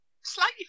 Slightly